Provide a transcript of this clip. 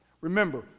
Remember